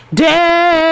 day